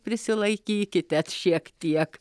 prisilaikykite šiek tiek